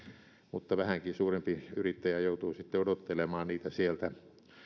mutta vähänkin suurempi yrittäjä joutuu sitten odottelemaan niitä sieltä